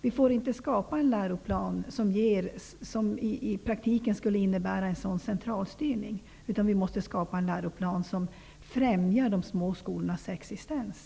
Vi får inte skapa en läroplan som i praktiken innebär en centralstyrning. Vi måste skapa en läroplan som främjar de små skolornas existens.